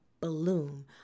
Bloom